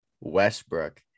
Westbrook